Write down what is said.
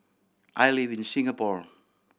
I live in Singapore